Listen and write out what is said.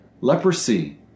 leprosy